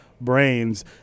brains